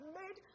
made